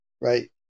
Right